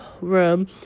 room